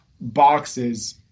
boxes